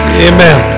Amen